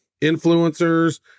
influencers